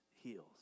heals